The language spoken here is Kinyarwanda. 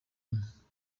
imwe